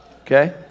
Okay